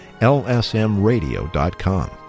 lsmradio.com